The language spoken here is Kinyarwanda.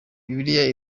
bibiliya